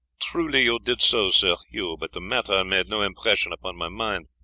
truly ye did so, sir hugh but the matter made no impression upon my mind,